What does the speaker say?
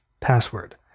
password